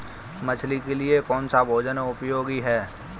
मछली के लिए कौन सा भोजन उपयोगी है?